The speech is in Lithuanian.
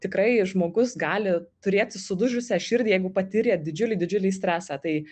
tikrai žmogus gali turėti sudužusią širdį jeigu patyrė didžiulį didžiulį stresą tai